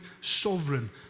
Sovereign